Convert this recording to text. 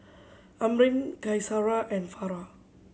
Amrin Qaisara and Farah